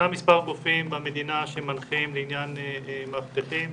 ישנם מספר גופים במדינה שמנחים לעניין מאבטחים.